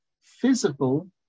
physical